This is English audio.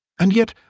and yet,